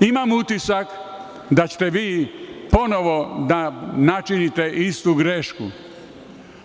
Imam utisak da ćete vi ponovo načiniti istu grešku,